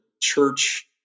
church